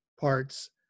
parts